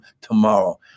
tomorrow